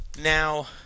Now